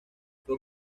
fue